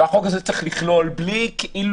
והחוק הזה צריך לכלול לא כאילו,